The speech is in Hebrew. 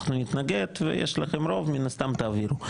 אנחנו נתנגד אבל יש לכם רוב ומן הסתם תעבירו.